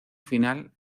final